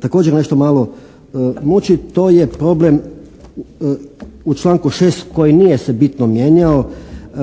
također nešto malo muči to je problem u članku 6. koji nije se bitno mijenjao